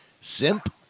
Simp